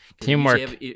Teamwork